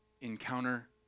encounter